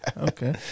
Okay